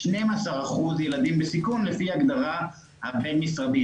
12% ילדים בסיכון לפי ההגדרה הבין-משרדית.